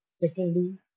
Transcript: Secondly